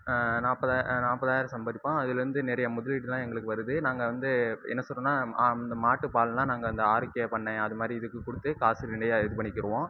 நாற்பதா நாற்பதாயிரோம் சம்பாதிப்போம் அதுலேந்து நிறையா முதலீடுலாம் எங்களுக்கு வருது நாங்கள் வந்து என்ன சொல்றேன்னா அந்த மாட்டுப்பால்லாம் நாங்கள் இந்த ஆரு கே பண்ணை அது மாதிரி இதுக்கு கொடுத்து காசு நிறையா இது பண்ணிக்கிடுவோம்